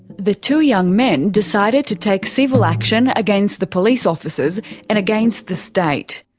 the two young men decided to take civil action against the police officers and against the state.